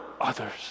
others